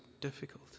difficult